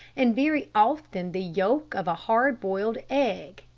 and very often the yolk of a hard-boiled egg,